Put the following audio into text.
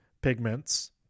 pigments